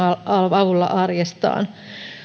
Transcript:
avulla arjestaan